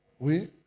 Oui